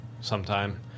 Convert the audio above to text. sometime